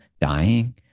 dying